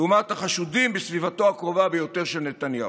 לעומת החשודים בסביבתו הקרובה ביותר של נתניהו.